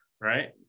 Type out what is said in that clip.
right